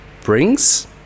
brings